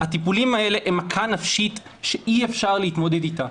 הטיפולים האלה הם מכה נפשית שאי אפשר להתמודד איתה.